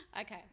Okay